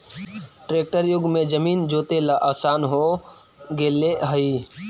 tractor युग में जमीन जोतेला आसान हो गेले हइ